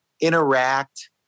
interact